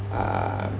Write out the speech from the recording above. uh